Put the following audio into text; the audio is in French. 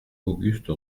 auguste